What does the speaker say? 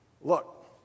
look